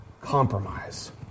Compromise